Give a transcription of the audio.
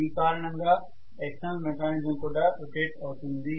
ఈ కారణంగా external mechanism కూడా రొటేట్ అవుతుంది